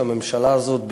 של הממשלה הזאת.